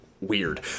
weird